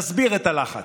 נסביר את הלחץ: